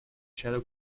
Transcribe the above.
shadow